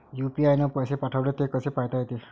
UPI न पैसे पाठवले, ते कसे पायता येते?